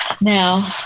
Now